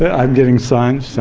ah i'm getting signs,